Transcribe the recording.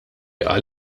qal